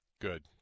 Good